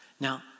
Now